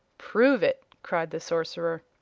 prove it! cried the sorcerer.